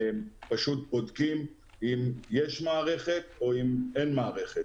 פשוט בודקים אם יש מערכת או אם אין מערכת,